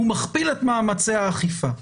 הוא מכפיל את מאמצי האכיפה,